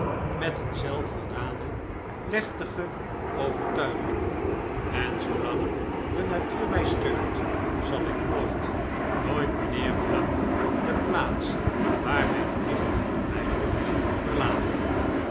met een zelfvoldane plechtige overtuiging en zoolang de natuur mij steunt zal ik nooit nooit mijnheer clump de plaats waar mijn plicht mij roept verlaten